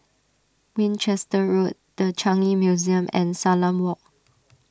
Winchester Road the Changi Museum and Salam Walk